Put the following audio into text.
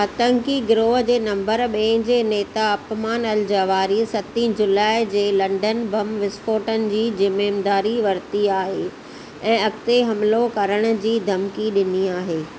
आतंकी गिरोह जे नंबर ॿिऐं जे नेता अपमान अलजवाहिरी सतीं जुलाइ जे लंडन बम विस्फ़ोटनि जी ज़िम्मेदारी वरिती आहे ऐं अगि॒ते हमिलो करणु जी धमकी डि॒नी आहे